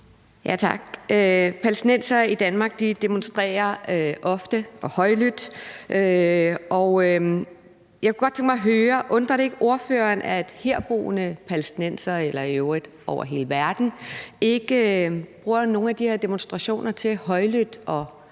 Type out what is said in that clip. Tak. Palæstinensere i Danmark demonstrerer ofte og højlydt, og jeg kunne godt tænke mig at høre: Undrer det ikke ordføreren, at herboende palæstinensere eller i øvrigt palæstinensere over hele verden ikke bruger nogle af de her demonstrationer til højlydt og